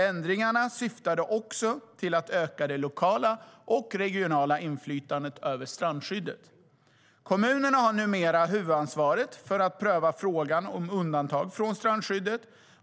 Ändringarna syftade också till att öka det lokala och regionala inflytandet över strandskyddet. Kommunerna har numera huvudansvaret för att pröva frågan om undantag från strandskyddet.